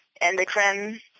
endocrine